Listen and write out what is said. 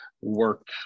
work